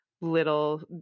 little